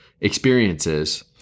experiences